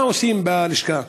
מה עושים בלשכה?